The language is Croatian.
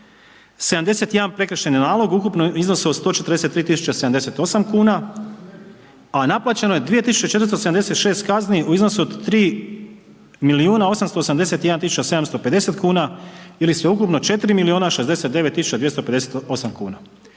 71 prekršajni nalog u ukupnom iznosu od 143.078 kuna, a naplaćeno je 2.476 kazni u iznosu od 3.881.750 kuna ili sveukupno 4.069.258 kuna.